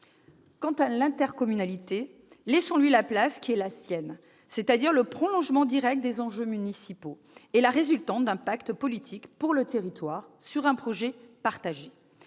Quant à l'intercommunalité, laissons-lui la place qui est la sienne, c'est-à-dire le prolongement direct des enjeux municipaux et la résultante d'un pacte politique pour le territoire, autour d'un projet partagé.